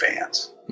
fans